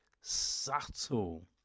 subtle